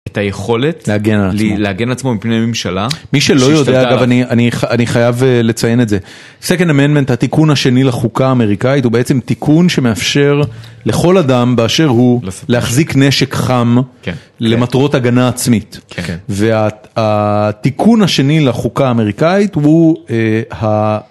את היכולת להגן עצמו מפנים לממשלה. מי שלא יודע, אגב, אני חייב לציין את זה. Second Amendment, התיקון השני לחוקה האמריקאית, הוא בעצם תיקון שמאפשר לכל אדם באשר הוא להחזיק נשק חם למטרות הגנה עצמית. והתיקון השני לחוקה האמריקאית הוא